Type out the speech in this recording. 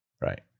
Right